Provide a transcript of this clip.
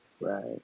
Right